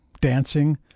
dancing